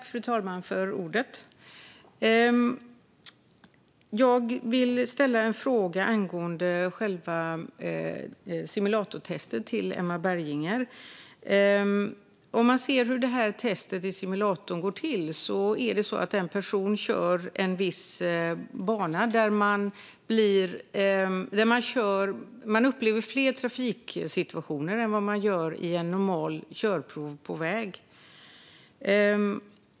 Fru talman! Jag vill ställa en fråga till Emma Berginger angående själva simulatortestet. Testet i simulator går till så att en person kör en viss bana där man upplever fler trafiksituationer än vad man gör vid ett normalt körprov på väg.